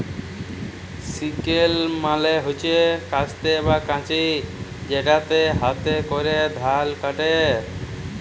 sickle মালে হচ্যে কাস্তে বা কাঁচি যেটাতে হাতে ক্যরে ধাল কাটে